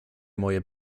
moje